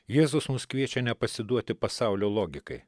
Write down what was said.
jėzus mus kviečia nepasiduoti pasaulio logikai